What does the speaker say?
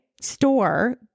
store